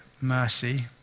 mercy